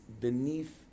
beneath